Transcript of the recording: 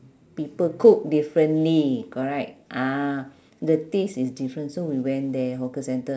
people cook differently correct ah the taste is different so we went there hawker centre